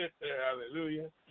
Hallelujah